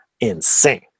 insane